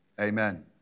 amen